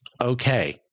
okay